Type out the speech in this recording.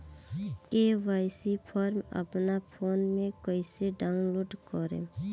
KYC form अपना phone मे कइसे डाऊनलोड करेम?